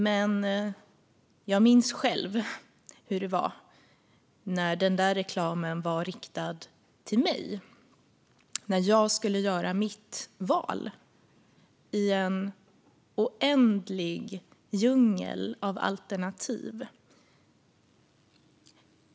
Men jag minns själv hur det var när reklamen var riktad till mig när jag skulle göra mitt val i en oändlig djungel av alternativ.